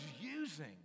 using